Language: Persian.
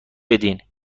بدین